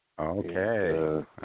Okay